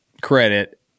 credit